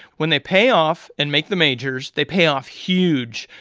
when they pay off and make the majors, they pay off huge,